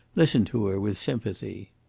listened to her with sympathy.